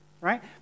right